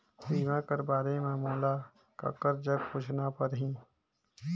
बीमा कर बारे मे मोला ककर जग पूछना परही?